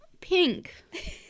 Pink